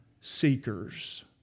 seekers